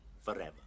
forever